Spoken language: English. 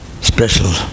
special